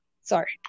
Sorry